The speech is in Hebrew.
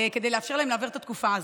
כדי לאפשר להם להעביר את התקופה הזאת.